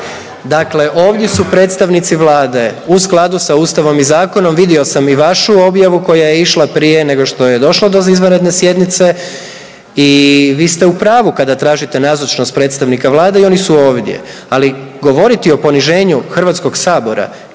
Dakle ovdje su predstavnici Vlade u skladu sa Ustavom i zakonom, vidio sam i vašu objavu koja je išla prije nego što je došlo do izvanredne sjednice i vi ste u pravu kada tražite nazočnost predstavnika Vlade i oni su ovdje, ali govoriti o poniženju HS-a i